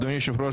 אדוני היושב ראש,